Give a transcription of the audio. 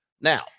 now